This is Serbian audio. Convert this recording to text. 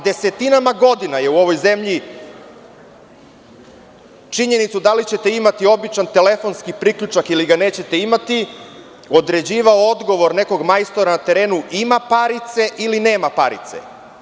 Desetinama godina je u ovoj zemlji činjenicu da li ćete imati običan telefonski priključak ili ga nećete imati, određivao odgovor nekog majstora na terenu, ima parice ili nema parice.